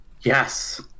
yes